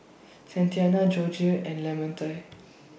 Santina Georgie and Lamonte